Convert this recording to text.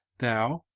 thou,